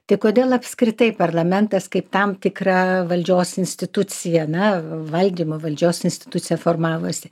tai kodėl apskritai parlamentas kaip tam tikra valdžios institucija na valdymo valdžios institucija formavosi